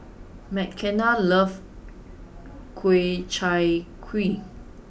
Mckenna loves Ku Chai Kuih